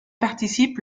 participe